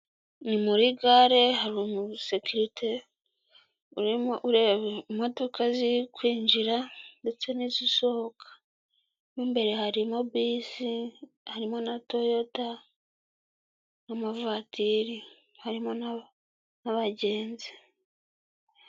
Ni muri gare, hari umusekirite urimo ureba imodoka ziri kwinjira ndetse n'izisohoka. Mo imbere harimo bisi harimo na toyota, n'amavatiri harimo n'abagenzi.